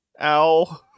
Ow